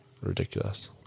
ridiculous